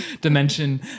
dimension